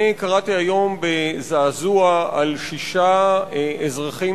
אני קראתי היום בזעזוע על שישה אזרחים